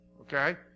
Okay